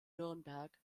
nürnberg